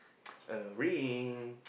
a ring